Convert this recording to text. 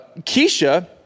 Keisha